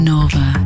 Nova